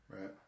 right